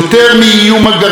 יותר מהטרור,